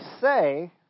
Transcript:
say